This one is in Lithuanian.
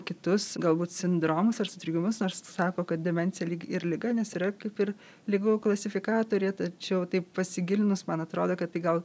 kitus galbūt sindromus ar sutrikimus nors sako kad demencija lyg ir liga nes yra kaip ir ligų klasifikatoriuje tačiau taip pasigilinus man atrodo kad tai gal